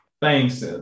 Thanks